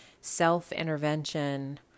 self-intervention